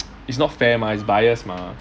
it's not fair mah it's biased mah